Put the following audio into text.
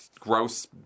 Gross